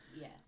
Yes